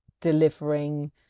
delivering